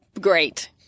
great